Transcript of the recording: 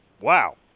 Wow